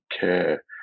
care